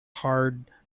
hard